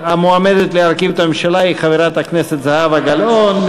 המועמדת להרכיב את הממשלה היא חברת הכנסת זהבה גלאון.